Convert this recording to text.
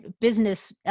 business